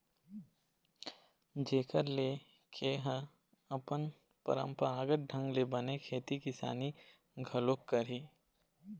जेखर ले खे ह अपन पंरापरागत ढंग ले बने खेती किसानी घलोक करही